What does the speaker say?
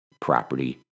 property